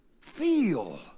feel